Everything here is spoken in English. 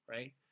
Right